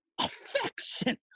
Affection